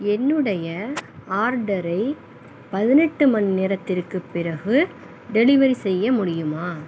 என்னுடைய ஆர்டரை பதினெட்டு மணிநேரத்துக்குப் பிறகு டெலிவரி செய்ய முடியுமா